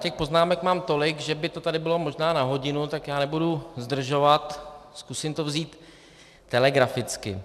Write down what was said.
Těch poznámek mám tolik, že by to tady bylo možná na hodinu, tak nebudu zdržovat a zkusím to vzít telegraficky.